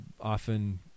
Often